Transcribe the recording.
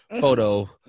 photo